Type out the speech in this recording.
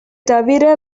தவிர